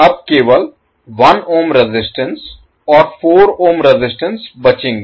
अब केवल 1 ohm resistance और 4 ohm रेजिस्टेंस बचेंगे